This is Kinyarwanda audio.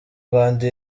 rwanda